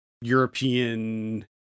European